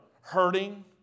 hurting